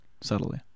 subtly